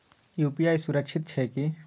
UPI सुरक्षित छै की?